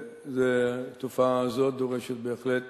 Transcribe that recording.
התופעה הזו דורשת בהחלט